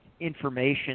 information